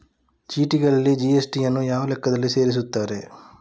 ಚೀಟಿಗಳಲ್ಲಿ ಜಿ.ಎಸ್.ಟಿ ಯನ್ನು ಯಾವ ಲೆಕ್ಕದಲ್ಲಿ ಸೇರಿಸುತ್ತಾರೆ?